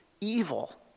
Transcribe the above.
evil